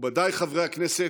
מכובדיי חברי הכנסת,